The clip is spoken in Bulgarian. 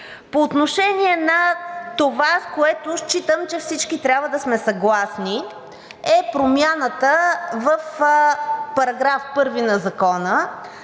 По отношение на това, с което считам, че всички трябва да сме съгласни, е промяната в § 1 на Закона,